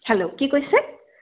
hello কি কৈছে